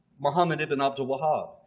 muhammad ibn abdul wahab,